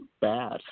bad